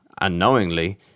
Unknowingly